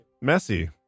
Messy